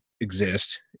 exist